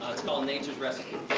um nature's recipe.